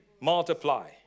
Multiply